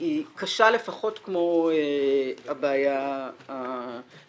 היא קשה לפחות כמו הבעיה התקציבית.